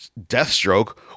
Deathstroke